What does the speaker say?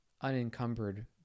unencumbered